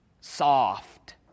Soft